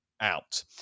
out